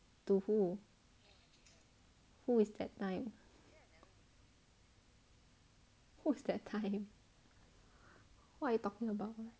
to who who is that time who's that time what you talking about